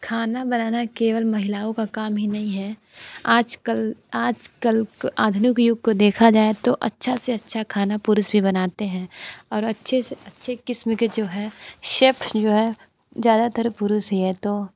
खाना बनाना केवल महिलाओं का काम ही नहीं है आजकल आजकल आधुनिक युग को देखा जाए तो अच्छा से अच्छा खाना पुरुष भी बनाते हैं और अच्छे से अच्छे किस्म के जो है शेफ जो है ज़्यादातर पुरुष ही है तो